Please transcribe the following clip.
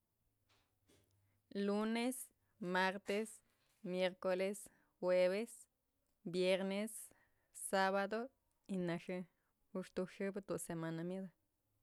Lunes, martes, miercoles, jueves, viernes, sabado y nëxë juxtuk xëbë tu'u semana myëdë.